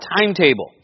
timetable